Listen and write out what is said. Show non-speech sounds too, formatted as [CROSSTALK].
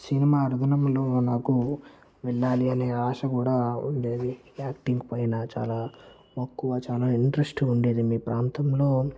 cinema [UNINTELLIGIBLE] నాకు వెళ్ళాలి అనే ఆశ కూడా ఉండేది యాక్టింగ్ పైన చాలా మక్కువ చాలా ఇంట్రెస్ట్ ఉండేది మీ ప్రాంతంలో